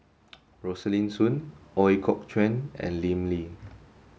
Rosaline Soon Ooi Kok Chuen and Lim Lee